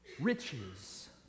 riches